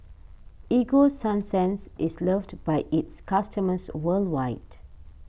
Ego Sunsense is loved by its customers worldwide